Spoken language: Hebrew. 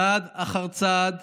צעד אחר צעד,